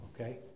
okay